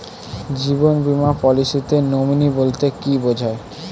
জীবন বীমা পলিসিতে নমিনি বলতে কি বুঝায়?